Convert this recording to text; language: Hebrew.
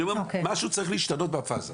אני אומר: משהו צריך להשתנות בפאזה.